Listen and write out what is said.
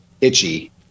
itchy